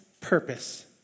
purpose